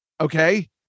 Okay